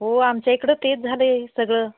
हो आमच्या इकडं तेच झालं आहे सगळं